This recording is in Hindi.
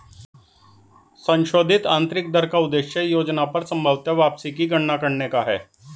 संशोधित आंतरिक दर का उद्देश्य योजना पर संभवत वापसी की गणना करने का है